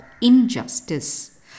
injustice